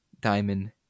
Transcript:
Diamond